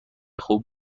خوب